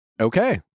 Okay